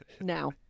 now